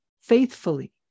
faithfully